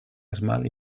esmalt